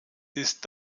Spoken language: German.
ist